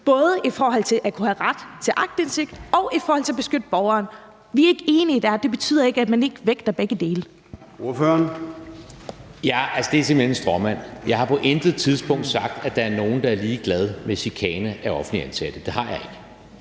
både i forhold til at kunne have ret til aktindsigt og i forhold til at beskytte borgeren. Vi er ikke enige i, at det betyder, at man ikke vægter begge dele. Kl. 10:25 Formanden (Søren Gade): Ordføreren. Kl. 10:25 Jan E. Jørgensen (V): Det er simpelt hen en stråmand. Jeg har på intet tidspunkt sagt, at der er nogen, der er ligeglade med chikane af offentligt ansatte. Det har jeg ikke,